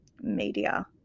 media